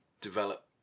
develop